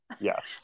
Yes